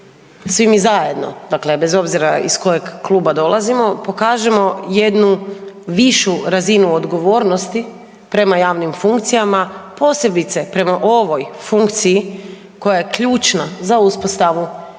svi mi zajedno, dakle bez obzira iz kojeg kluba dolazimo pokažemo jednu višu razinu odgovornosti prema javnim funkcijama posebice prema ovoj funkciji koja je ključna za uspostavu